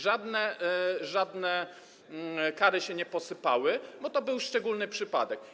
Żadne kary się nie posypały, bo to był szczególny przypadek.